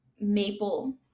maple